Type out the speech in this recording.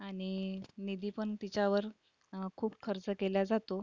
आणि निधी पण तिच्यावर खूप खर्च केला जातो